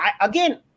again